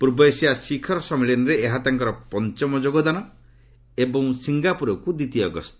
ପୂର୍ବ ଏସିଆ ଶିଖର ସମ୍ମିଳନୀରେ ଏହା ତାଙ୍କର ପଞ୍ଚମ ଯୋଗଦାନ ଏବଂ ସିଙ୍ଗାପୁରକୁ ଦ୍ୱିତୀୟ ଗସ୍ତ